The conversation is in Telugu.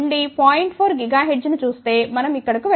4 GHz ను చూస్తే మనం ఇక్కడ కు వెళ్తాము